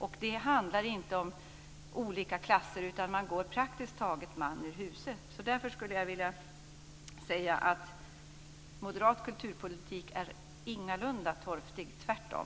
Och det handlar inte om olika klasser, utan folk går praktiskt taget man ur huse. Därför skulle jag vilja säga: Moderat kulturpolitik är ingalunda torftig, tvärtom!